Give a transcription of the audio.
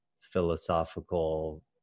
philosophical